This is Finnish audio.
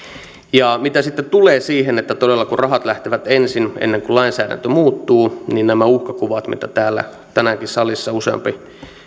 mitä sitten tulee siihen että kun rahat todella lähtevät ensin ennen kuin lainsäädäntö muuttuu niin nämä uhkakuvat mitä tänäänkin täällä salissa useampi